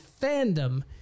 fandom